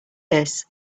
this